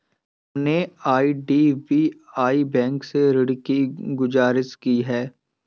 हमने IDBI bank से ऋण की गुजारिश की है